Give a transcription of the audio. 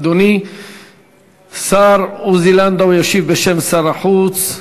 אדוני השר עוזי לנדאו ישיב בשם שר החוץ.